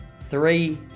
three